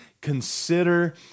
consider